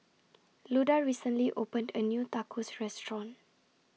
Luda recently opened A New Tacos Restaurant